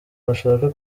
bashaka